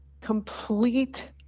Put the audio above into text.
complete